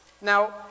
Now